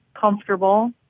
comfortable